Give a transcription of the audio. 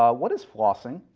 um what is flossing?